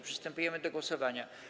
Przystępujemy do głosowania.